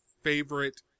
favorite